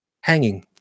hanging